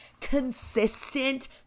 consistent